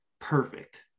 perfect